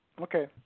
Okay